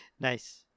Nice